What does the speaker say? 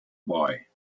boy